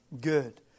good